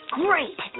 great